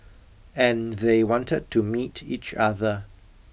and they wanted to meet each other